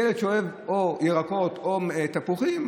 ילד שאוהב או ירקות או תפוחים,